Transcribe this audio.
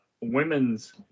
Women's